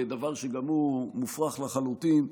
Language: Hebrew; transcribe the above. דבר שגם הוא מופרך לחלוטין.